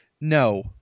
no